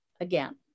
again